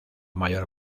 mayor